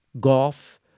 golf